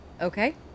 okay